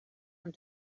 amb